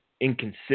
inconsistent